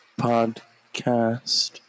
podcast